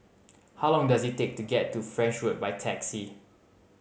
how long does it take to get to French Road by taxi